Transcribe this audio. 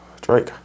Drake